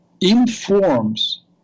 informs